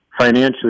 financially